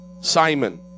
Simon